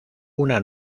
una